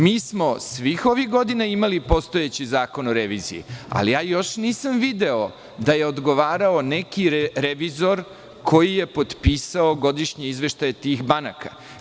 Mi smo svih ovih godina imali postojeći Zakon o reviziji, ali još nisam video da je odgovarao neki revizor koji je potpisao godišnji izveštaj tih banaka.